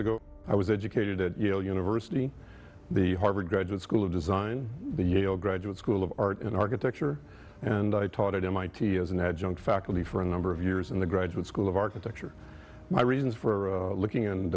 ago i was educated at yale university the harvard graduate school of design the yale graduate school of art in architecture and i taught at mit as an adjunct faculty for a number of years in the graduate school of architecture my reasons for looking and